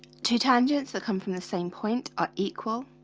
to tangents that come from the same point are equal